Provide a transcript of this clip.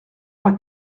vingt